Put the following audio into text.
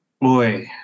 Boy